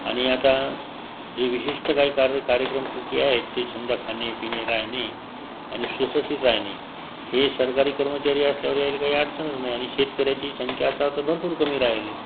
आणि याचा जे विशिष्ट काही कार्य कार्यक्रम कृती आहेत ते समजा खाणे पिणे राहणे आणि सुरक्षित राहणे हे सरकारी कर्मचारी असल्यामुळं काही अडचणच नाही आणि शेतकऱ्याची संख्या तर आता भरपूर कमी राहिली